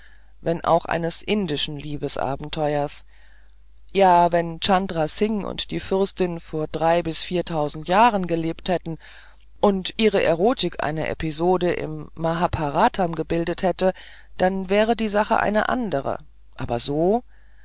wenn auch eines indischen liebesabenteuers ja wenn chandra singh und die fürstin vor drei bis viertausend jahren gelebt hätten und ihre erotik eine episode im mahabharatam gebildet hätte dann wäre die sache eine andere aber so